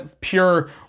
pure